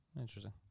Interesting